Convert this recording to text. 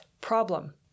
problem